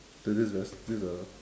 so this is a this a